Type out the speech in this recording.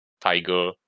Tiger